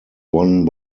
won